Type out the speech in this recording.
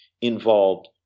involved